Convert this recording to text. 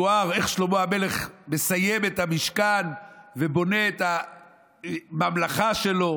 מתואר איך שלמה המלך מסיים את המשכן ובונה את הממלכה שלו.